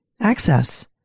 access